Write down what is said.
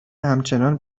همچنان